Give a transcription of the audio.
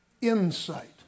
Insight